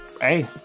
hey